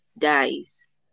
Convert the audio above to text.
dies